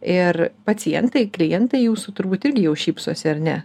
ir pacientai klientai jūsų turbūt irgi jau šypsosi ar ne